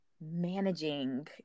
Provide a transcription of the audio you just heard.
managing